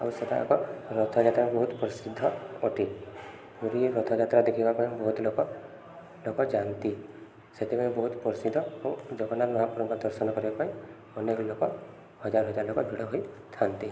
ଆଉ ସେଇଟା ଏକ ରଥଯାତ୍ରା ବହୁତ ପ୍ରସିଦ୍ଧ ଅଟେ ପୁରୀ ରଥଯାତ୍ରା ଦେଖିବା ପାଇଁ ବହୁତ ଲୋକ ଲୋକ ଯାଆନ୍ତି ସେଥିପାଇଁ ବହୁତ ପ୍ରସିଦ୍ଧ ଏବଂ ଜଗନ୍ନାଥ ମହାପ୍ରଭୁଙ୍କ ଦର୍ଶନ କରିବା ପାଇଁ ଅନେକ ଲୋକ ହଜାର ହଜାର ଲୋକ ଭିଡ଼ ହୋଇଥାନ୍ତି